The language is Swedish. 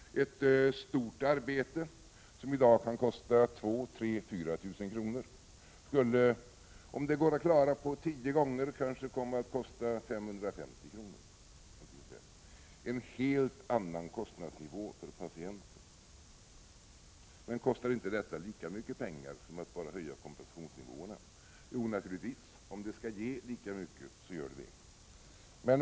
Ett stort arbete, som i dag kan kosta 2 000, 3 000 eller 4 000 kr., skulle om det går att klara på tio gånger kanske komma att kosta 550 kr., dvs. en helt annan kostnadsnivå för patienten. Men kostar inte detta lika mycket pengar som en höjning av kompensationsnivåerna? Jo naturligtvis, om det skall ge lika mycket.